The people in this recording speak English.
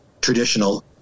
traditional